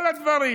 כל הדברים.